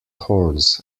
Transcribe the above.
horns